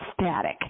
static